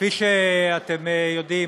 כפי שאתם יודעים,